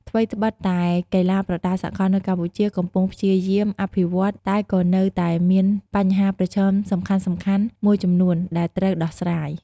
ថ្វីត្បិតតែកីឡាប្រដាល់សកលនៅកម្ពុជាកំពុងព្យាយាមអភិវឌ្ឍន៍ តែក៏នៅតែមានបញ្ហាប្រឈមសំខាន់ៗមួយចំនួនដែលត្រូវដោះស្រាយ